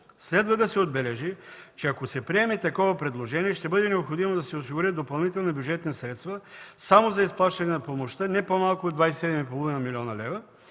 Следва да се отбележи, че ако се приеме такова предложение, ще бъде необходимо да се осигурят допълнителни бюджетни средства само за изплащане на помощта не по-малко от 27,5 млн. лв.